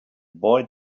boy